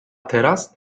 teraz